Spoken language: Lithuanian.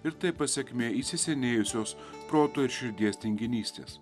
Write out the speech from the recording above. ir tai pasekmė įsisenėjusios proto ir širdies tinginystės